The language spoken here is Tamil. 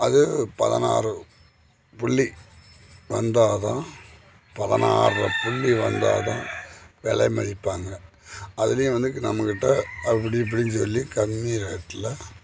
அது பதினாறு புள்ளி வந்தால் தான் பதினாறு புள்ளி வந்தால் தான் விலை மதிப்பாங்க அதுலேயும் வந்துக்கு நம்மக்கிட்ட அப்படி இப்படின்னு சொல்லி கம்மி ரேட்டில்